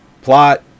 plot